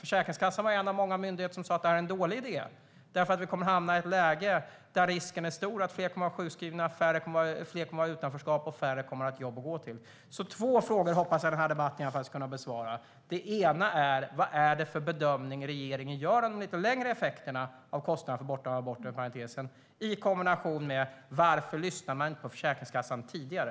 Försäkringskassan var en av många myndigheter som sa att det var en dålig idé därför att risken är stor att det blir fler sjukskrivna, att fler kommer i utanförskap och att färre har jobb att gå till. Jag hoppas att två frågor kommer att besvaras i debatten: Vad är det för bedömning regeringen gör av de lite längre effekterna av kostnaderna för borttagande av den bortre parentesen? Varför lyssnade inte regeringen på Försäkringskassan tidigare?